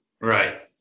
Right